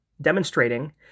demonstrating